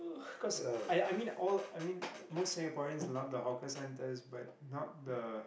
cause I I mean all I mean most Singaporeans love the hawker centres but not the